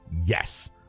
yes